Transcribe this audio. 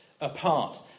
apart